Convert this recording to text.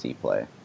play